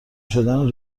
شدن